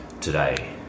today